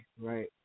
right